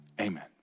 amen